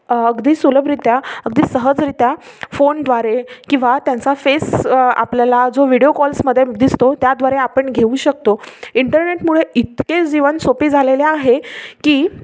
अगदी सुलभरीत्या अगदी सहजरीत्या फोनद्वारे किंवा त्यांचा फेस आपल्याला जो विडिओ कॉल्समध्ये दिसतो त्याद्वारे आपण घेऊ शकतो इंटरनेटमुळे इतके जीवन सोपी झालेले आहे की